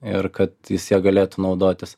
ir kad jis ja galėtų naudotis